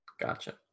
Gotcha